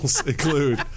include